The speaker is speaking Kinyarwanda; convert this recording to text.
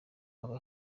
aba